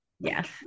Yes